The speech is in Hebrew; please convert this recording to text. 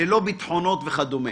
ללא ביטחונות וכדומה?